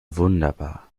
wunderbar